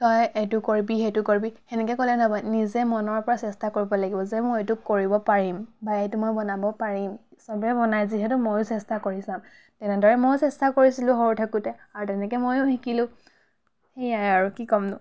তই এইটো কৰিবি সেইটো কৰিবি সেনেকৈ ক'লে নহ'ব নিজে মনৰ পৰা চেষ্টা কৰিব লাগিব যে মই এইটো কৰিব পাৰিম বা এইটো মই বনাব পাৰিম চবেই বনাই যিহেতু মইও চেষ্টা কৰি চাম তেনেদৰে ময়ো চেষ্টা কৰিছিলোঁ সৰু থাকোঁতে আৰু তেনেকৈ মইও শিকিলোঁ সেয়াই আৰু কি ক'মনো